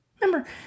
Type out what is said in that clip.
Remember